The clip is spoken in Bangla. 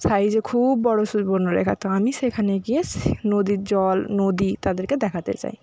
সাইজে খুব বড়ো সুবর্ণরেখা তো আমি সেখানে গিয়ে নদীর জল নদী তাদেরকে দেখাতে চাই